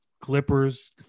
Clippers